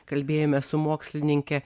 kalbėjome su mokslininke